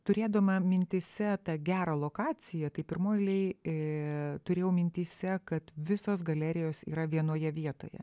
turėdama mintyse tą gerą lokaciją tai pirmoj eilėj turėjau mintyse kad visos galerijos yra vienoje vietoje